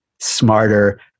smarter